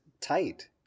tight